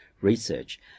research